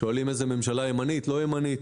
שואלים אם זאת ממשלה ימנית או לא ימנית